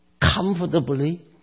comfortably